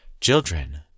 Children